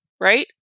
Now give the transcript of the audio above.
right